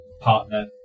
partner